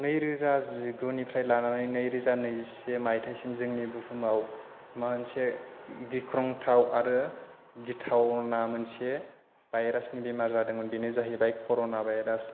नै रोजा जिगुनिफ्राय लानानै नै रोजा नैजिसे मायथाइसिम जोंनि बुहुमाव मोनसे गिख्रंथाव आरो गिथावना मोनसे भाइरासनि बेमार जादोंमोन बेनो जाहैबाय कर'ना भाइरास